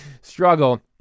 struggle